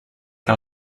que